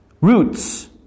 roots